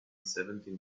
seventeen